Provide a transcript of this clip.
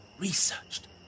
Researched